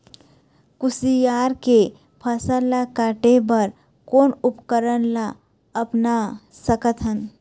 कुसियार के फसल ला काटे बर कोन उपकरण ला अपना सकथन?